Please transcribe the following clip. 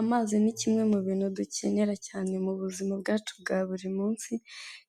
Amazi ni kimwe mu bintu dukenera cyane mu buzima bwacu bwa buri munsi